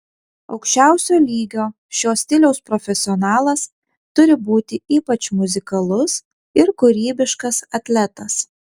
aukščiausio lygio šio stiliaus profesionalas turi būti ypač muzikalus ir kūrybiškas atletas